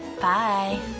Bye